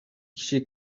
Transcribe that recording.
киши